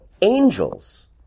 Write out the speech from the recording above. angels